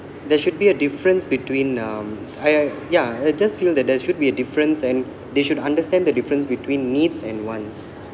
there should be a difference between um I I ya I just feel that there should be a difference and they should understand the difference between needs and wants